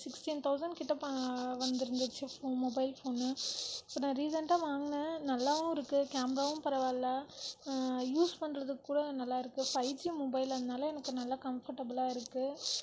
sixteen thousand கிட்ட வந்து இருந்துச்சு மொபைல் ஃபோன் இப்போ நான் ரீசென்ட்டாக வாங்கினேன் நல்லாவும் இருக்குது கேமராவும் பரவாயில்லை யூஸ் பண்ணுறதுக்கு கூட நல்லா இருக்குது ஃபைவ் ஜி மொபைலென்றதினால எனக்கு நல்ல கம்ப்டஃபில்லா இருக்குது